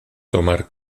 tomar